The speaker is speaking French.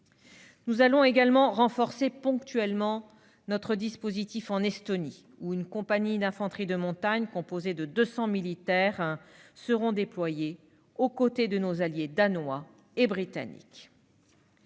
Par ailleurs, nous renforcerons ponctuellement notre dispositif en Estonie, où une compagnie d'infanterie de montagne, composée de 200 militaires, sera déployée aux côtés de nos alliés danois et britanniques.